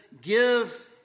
Give